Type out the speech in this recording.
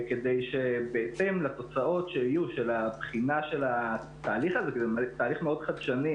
כדי שבהתאם לתוצאות שיהיו של בחינת התהליך הזה זה תהליך מאוד חדשני,